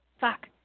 Fuck